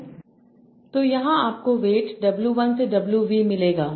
तो यहाँ आपको वेट W1से WV मिलेगा